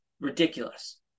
ridiculous